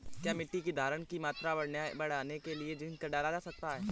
क्या मिट्टी की धरण की मात्रा बढ़ाने के लिए जिंक डाल सकता हूँ?